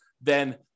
then-